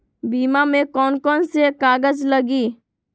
बीमा में कौन कौन से कागज लगी?